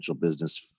business